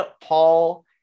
Paul